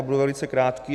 Budu velice krátký.